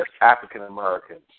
African-Americans